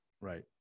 Right